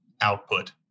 output